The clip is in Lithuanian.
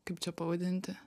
kaip čia pavadinti